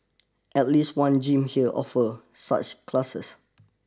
at least one gym here offer such classes